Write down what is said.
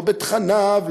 לא בתכניו,